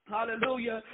Hallelujah